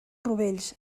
rovells